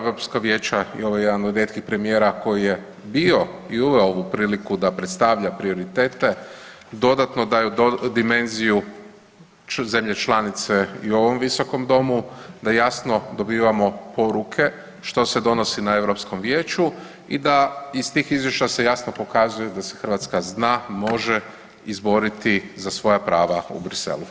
Europsko vijeće i ovo je jedan od rijetkih premijera koji je bio i uveo ovu priliku da predstavlja prioritete dodatno daju dimenziju zemlje članice i ovom visokom domu, da jasno dobivamo poruke što se donosi na Europskom vijeću i da iz tih izvješća se jasno pokazuje da se Hrvatska zna, može izboriti za svoja prava u Bruxellesu.